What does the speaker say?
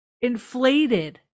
inflated